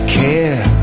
care